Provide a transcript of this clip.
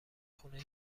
خونه